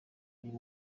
uyu